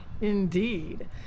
indeed